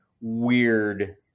weird